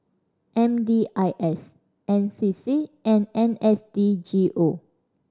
M D I S N C C and N S D G O